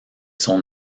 son